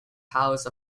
house